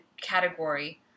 category